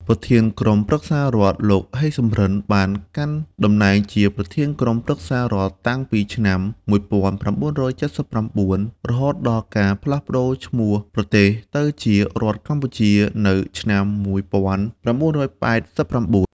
ប្រធានក្រុមប្រឹក្សារដ្ឋ លោក ហេង សំរិន បានកាន់តំណែងជាប្រធានក្រុមប្រឹក្សារដ្ឋតាំងពីឆ្នាំ ១៩៧៩ រហូតដល់ការផ្លាស់ប្ដូរឈ្មោះប្រទេសទៅជារដ្ឋកម្ពុជានៅឆ្នាំ ១៩៨៩ ។